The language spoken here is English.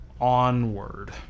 onward